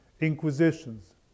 inquisitions